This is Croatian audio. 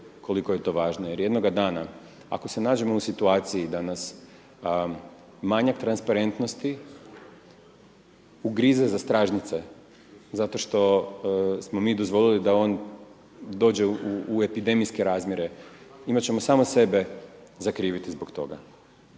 koliko je to važno jer jednoga dana ako se nađemo u situaciji da nas manjak transparentnosti ugrize za stražnjice zato što smo mi dozvolili da on dođe u epidemijske razmjere, imat ćemo samo sebe za kriviti zbog toga.